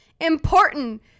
Important